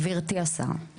גבירתי השרה,